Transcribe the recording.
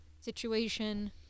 situation